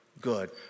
good